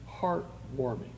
heartwarming